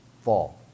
fall